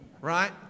right